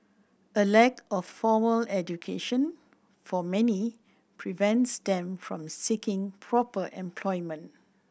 a lack of formal education for many prevents them from seeking proper employment